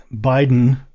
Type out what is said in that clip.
Biden